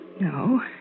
No